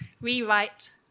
rewrite